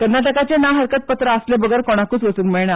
कर्नाटकाचो ना हरकत पत्र आसले बगर कोणाकूच वचूंक मेळना